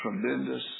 tremendous